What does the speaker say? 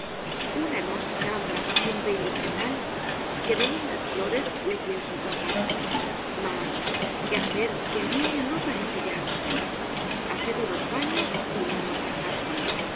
una hermosa chambra y un bello cendal que de lindas flores le pienso cuajar mas qué hacer que el niño no parece ya haced unos paños y me amortajad